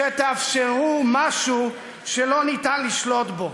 שתאפשרו משהו שאי-אפשר לשלוט בו.